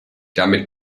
damit